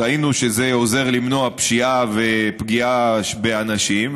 ראינו שזה עוזר למנוע פשיעה ופגיעה באנשים,